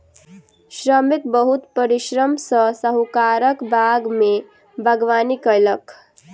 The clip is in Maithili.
श्रमिक बहुत परिश्रम सॅ साहुकारक बाग में बागवानी कएलक